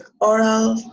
oral